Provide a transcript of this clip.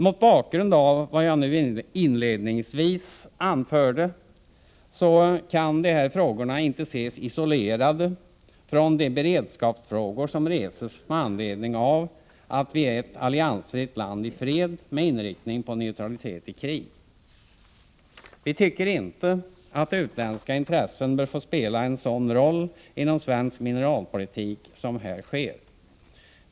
Mot bakgrund av vad jag nu inledningsvis anförde kan de här frågorna inte ses isolerade från de beredskapsfrågor som reses med anledning av att vi är ett alliansfritt land i fred med inriktning på neutralitet i krig. Vi tycker inte att utländska intressen bör få spela en sådan roll inom svensk mineralpolitik som här sker.